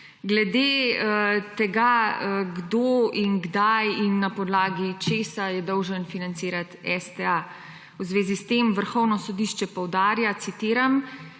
Glede tega kdo in kdaj in na podlagi česa je dolžan financirati STA. V zvezi s tem Vrhovno sodišče poudarja, citiram,